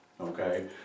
okay